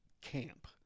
camp